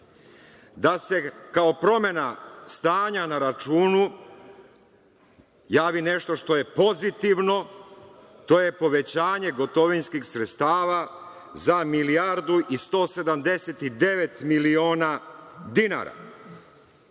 da se kao promena stanja na računu javi nešto što je pozitivno, to je povećanje gotovinskih sredstava za milijardu i 179 miliona dinara. Nas